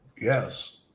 Yes